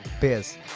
Biz